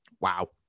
wow